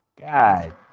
God